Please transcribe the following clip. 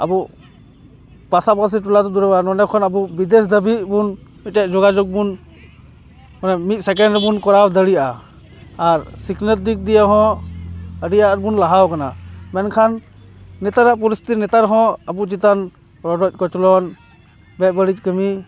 ᱟᱵᱚ ᱯᱟᱥᱟᱯᱟᱹᱥᱤ ᱴᱚᱞᱟ ᱛᱚ ᱫᱩᱨ ᱱᱚᱰᱮ ᱠᱷᱚᱱ ᱟᱵᱚ ᱵᱤᱫᱮᱥ ᱫᱷᱟᱹᱵᱤᱡ ᱵᱚᱱ ᱢᱤᱫᱴᱮᱱ ᱡᱳᱜᱟᱡᱳᱜᱽ ᱵᱚᱱ ᱢᱟᱱᱮ ᱢᱤᱫ ᱥᱮᱠᱮᱱᱰ ᱨᱮᱵᱚᱱ ᱠᱚᱨᱟᱣ ᱫᱟᱲᱮᱭᱟᱜᱼᱟ ᱟᱨ ᱥᱤᱠᱷᱱᱟᱹᱛ ᱫᱤᱠ ᱫᱤᱭᱮ ᱦᱚᱸ ᱟᱹᱰᱤ ᱟᱸᱴ ᱵᱚᱱ ᱞᱟᱦᱟᱣ ᱠᱟᱱᱟ ᱢᱮᱱᱠᱷᱟᱱ ᱱᱮᱛᱟᱨᱟᱜ ᱯᱚᱨᱤᱥᱛᱷᱤᱛᱤ ᱱᱮᱛᱟᱨ ᱦᱚᱸ ᱟᱵᱚ ᱪᱮᱛᱟᱱ ᱨᱚᱰᱚᱡ ᱠᱚᱪᱞᱚᱱ ᱵᱮᱵᱟᱹᱲᱤᱡ ᱠᱟᱹᱢᱤ